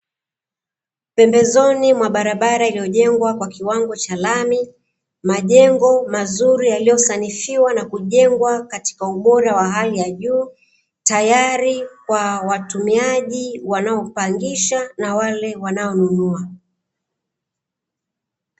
Pembezoni mwa barabara iliyojengwa kwa kiwango cha lami, majengo mazuri yaliyosanifiwa na kujengwa katika ubora wa hali ya juu. Tayari kwa watumiaji, wanaopangisha na wale wanaonunua.